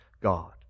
God